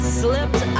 slipped